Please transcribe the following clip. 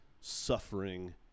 suffering